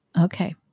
Okay